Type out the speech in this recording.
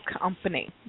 company